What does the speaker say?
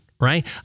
right